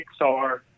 Pixar